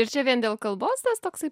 ir čia vien dėl kalbos tas toksai